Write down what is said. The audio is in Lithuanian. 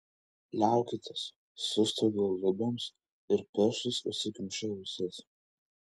liaukitės sustaugiau luboms ir pirštais užsikimšau ausis